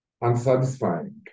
unsatisfying